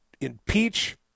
impeach